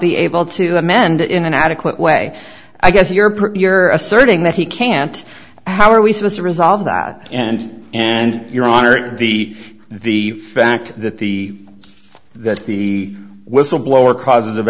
be able to amend it in an adequate way i guess you're pretty you're asserting that he can't how are we supposed to resolve that and and your honor the the fact that the that the whistleblower causes of